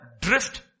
drift